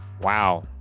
Wow